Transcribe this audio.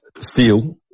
steel